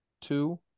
Two